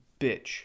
bitch